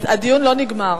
הדיון לא נגמר